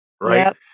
Right